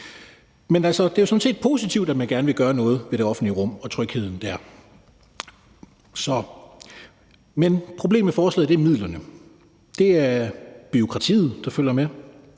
om. Det er jo sådan set positivt, at man gerne vil gøre noget for trygheden i det offentlige rum, men problemet med forslaget er midlerne. Det er bureaukratiet, der følger med.